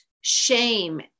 shame